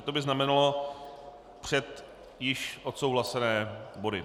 To by znamenalo před již odsouhlasené body.